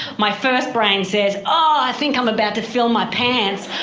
my first brain says, oh, i think i'm about to fill my pants!